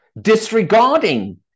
Disregarding